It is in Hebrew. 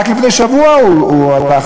רק לפני שבוע הוא הלך,